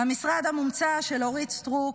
למשרד המומצא של אורית סטרוק,